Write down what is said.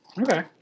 Okay